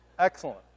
Excellent